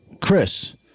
Chris